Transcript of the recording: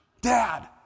Dad